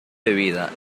bebida